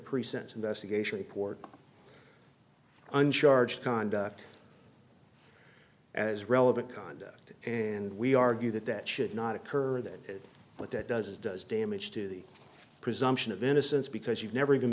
present investigation report and charge conduct as relevant conduct and we argue that that should not occur or that what that does is does damage to the presumption of innocence because you've never even